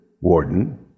warden